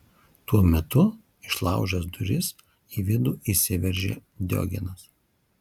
tuo metu išlaužęs duris į vidų įsiveržė diogenas